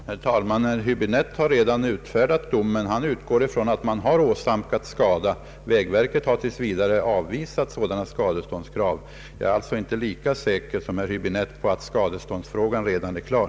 Herr talman! Herr Höäbinette har redan utfärdat domen. Han utgår ifrån att man åsamkat skada. Vägverket har tills vidare avvisat sådana skadeståndskrav. Jag är alltså inte så säker som herr Häöäbinette på att skuldfrågan redan är klar.